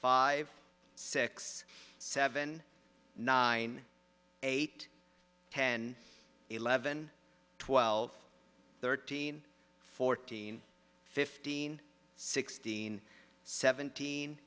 five six seven nine eight ten eleven twelve thirteen fourteen fifteen sixteen seventeen